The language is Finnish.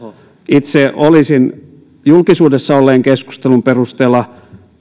itse olisin julkisuudessa olleen keskustelun perusteella